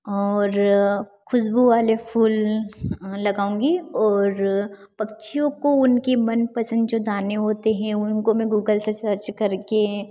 और खुशबू वाले फूल लगाऊँगी और पक्षियों को उनके मनपसंद जो दाने होते हैं उन उनको गूगल से सर्च करके